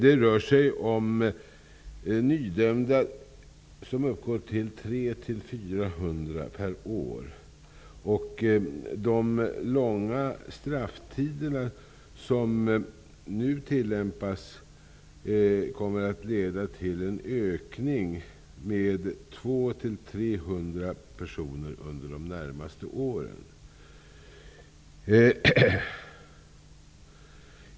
Det rör sig om 300--400 nydömda per år. De långa strafftider som nu tillämpas kommer att leda till en ökning med 200--300 personer under de närmaste åren.